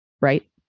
right